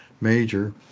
major